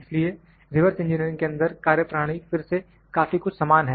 इसलिए reverse engineering के अंदर कार्यप्रणाली फिर से काफी कुछ समान है